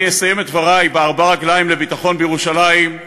אני אסיים את דברי בארבע הרגליים לביטחון בירושלים,